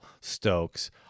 Stokes